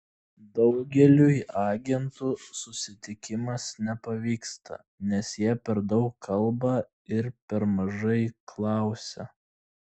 daugeliui agentų susitikimas nepavyksta nes jie per daug kalba ir per mažai klausia